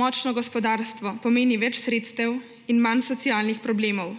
Močno gospodarstvo pomeni več sredstev in manj socialnih problemov.